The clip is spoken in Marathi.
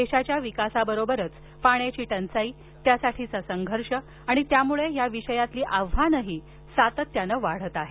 देशाच्या विकासाबरोबरच पाण्याची टंचाई त्यासाठीचा संघर्ष आणि त्यामुळे या विषयातील आव्हानेही सातत्यानं वाढत आहेत